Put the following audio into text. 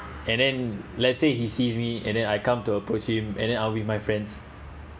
and then let's say he sees me and then I come to approach him and then I’m with my friends